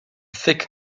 thick